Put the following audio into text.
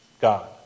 God